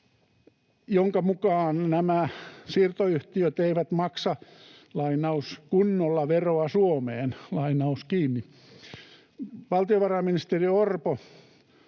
jonka mukaan nämä siirtoyhtiöt eivät maksa ”kunnolla veroa Suomeen”. Valtiovarainministeri Orpo